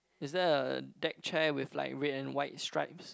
is there a deck chair with like red and white stripes